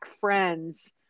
friends